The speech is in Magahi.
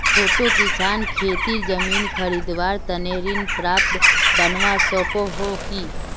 छोटो किसान खेतीर जमीन खरीदवार तने ऋण पात्र बनवा सको हो कि?